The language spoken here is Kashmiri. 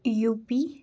یوٗپی